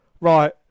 Right